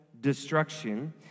destruction